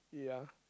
yeah